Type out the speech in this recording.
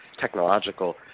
technological